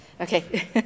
Okay